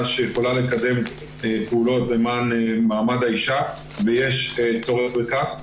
שיכולה לקדם פעולות למען מעמד האישה ויש צורך בכך.